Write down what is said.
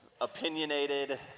opinionated